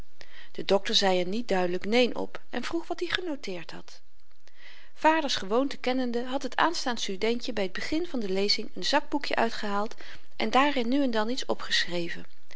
de dokter zei er niet duidelyk neen op en vroeg wat i genoteerd had vaders gewoonte kennende had het aanstaand studentje by t begin van de lezing n zakboekjen uitgehaald en daarin nu en dan iets opgeschreven